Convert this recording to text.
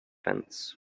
fence